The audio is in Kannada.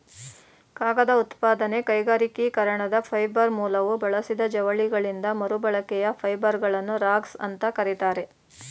ಕಾಗದ ಉತ್ಪಾದನೆ ಕೈಗಾರಿಕೀಕರಣದ ಫೈಬರ್ ಮೂಲವು ಬಳಸಿದ ಜವಳಿಗಳಿಂದ ಮರುಬಳಕೆಯ ಫೈಬರ್ಗಳನ್ನು ರಾಗ್ಸ್ ಅಂತ ಕರೀತಾರೆ